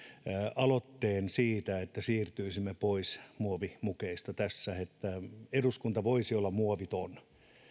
aloitteen siitä että siirtyisimme pois muovimukeista tässä että eduskunta voisi olla muoviton